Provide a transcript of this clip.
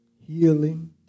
healing